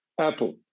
Apple